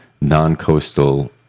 non-coastal